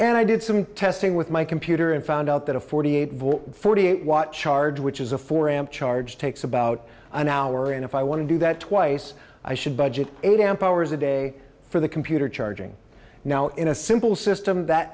and i did some testing with my computer and found out that a forty eight volt forty eight watch charge which is a four amp charge takes about an hour and if i want to do that twice i should budget eight amp hours a day for the computer charging now in a simple system that